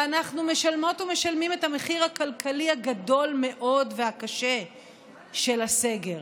ואנחנו משלמות ומשלמים את המחיר הכלכלי הגדול מאוד והקשה של הסגר.